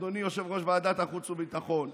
אדוני יושב-ראש ועדת החוץ והביטחון,